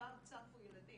כבר צפו ילדים,